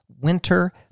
winter